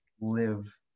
live